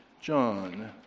John